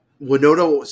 Winona